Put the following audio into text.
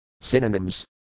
Synonyms